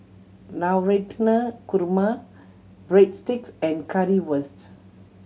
Korma Breadsticks and Currywurst